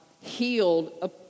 healed